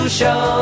show